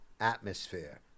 atmosphere